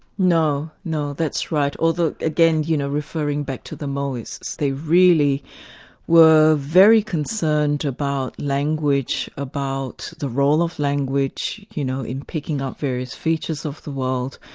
no. no. that's right, although again, you know, referring back to the moists, they really were very concerned about language, about the role of language you know in picking up various features of the world,